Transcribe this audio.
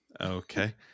Okay